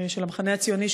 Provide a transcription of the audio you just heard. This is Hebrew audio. של המחנה הציוני,